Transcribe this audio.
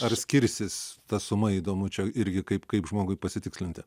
ar skirsis ta suma įdomu čia irgi kaip kaip žmogui pasitikslinti